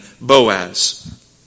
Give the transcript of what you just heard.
Boaz